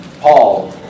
Paul